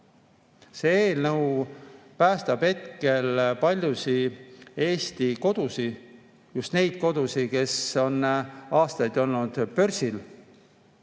See eelnõu päästab hetkel paljusid Eesti kodusid, just neid kodusid, kes on aastaid olnud börsil.